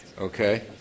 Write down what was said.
Okay